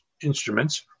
instruments